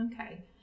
okay